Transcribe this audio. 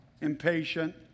Impatient